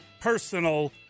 personal